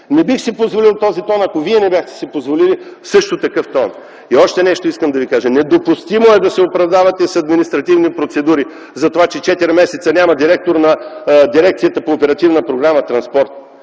Не бих си позволил този тон, ако Вие не бяхте си позволили също такъв тон. И още нещо искам да Ви кажа: недопустимо е да се оправдавате с административни процедури за това, че четири месеца няма директор на дирекцията по оперативна програма „Транспорт”.